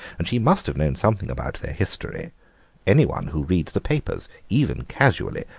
and she must have known something about their history anyone who reads the papers, even casually,